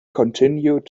continued